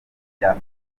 bya